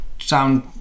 sound